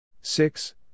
Six